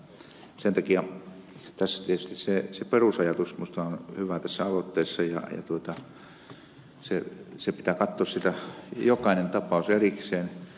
sen takia tietysti se perusajatus minusta on hyvä tässä aloitteessa ja pitää katsoa jokainen tapaus erikseen